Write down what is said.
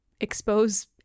expose